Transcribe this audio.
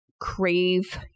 crave